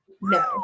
No